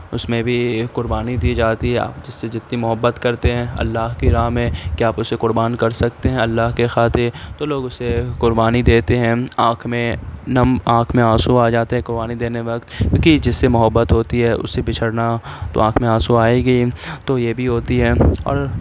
اس میں بھی قربانی دی جاتی ہے آپ جس سے جتنی محبت کرتے ہیں اللہ کی راہ میں کیا آپ اسے قربان کر سکتے ہیں اللہ کے خاطر تو لوگ اسے قربانی دیتے ہیں آنکھ میں نم آنکھ میں آنسو آ جاتے ہیں قربانی دینے وقت کیوںکہ جس سے محبت ہوتی ہے اس سے بچھڑنا تو آنکھ میں آنسو آئے گی ہی تو یہ بھی ہوتی ہے اور